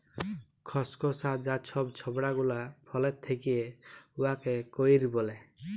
খসখসা যা ছব ছবড়া গুলা ফলের থ্যাকে উয়াকে কইর ব্যলে